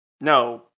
No